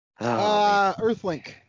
Earthlink